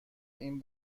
این